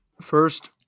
First